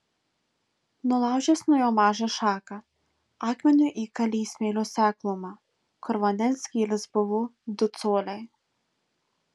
nulaužęs nuo jo mažą šaką akmeniu įkalė į smėlio seklumą kur vandens gylis buvo du coliai